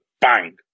bang